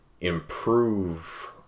improve